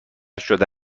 شده